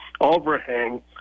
overhang